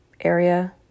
area